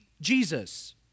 Jesus